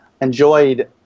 enjoyed